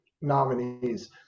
nominees